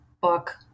book